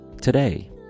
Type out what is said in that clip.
Today